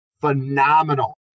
phenomenal